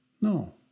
No